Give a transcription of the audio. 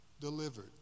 delivered